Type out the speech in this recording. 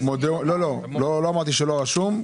לא אמרתי שלא רשום.